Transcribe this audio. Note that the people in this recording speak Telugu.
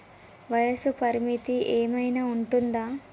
వయస్సు పరిమితి ఏమైనా ఉంటుందా?